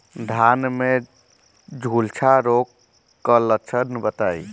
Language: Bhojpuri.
धान में झुलसा रोग क लक्षण बताई?